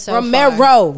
Romero